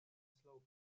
slow